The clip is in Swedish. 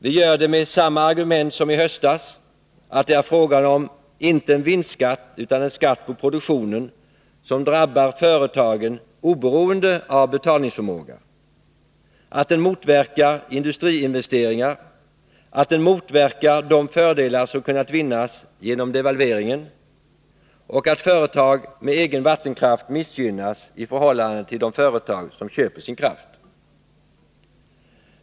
Vi gör det med samma argument som i höstas: att det är fråga om inte en vinstskatt utan en skatt på produktionen, som drabbar företagen oberoende av betalningsförmåga, att den motverkar industriinvesteringar, att den motverkar de fördelar som kunnat vinnas genom devalveringen och att företag med egen vattenkraft missgynnas i förhållande till de företag som köper sin kraft.